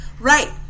Right